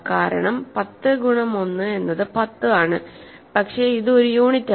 കാരണം 10 ഗുണം 1 എന്നത് 10 ആണ് പക്ഷേ ഇത് ഒരു യൂണിറ്റാണ്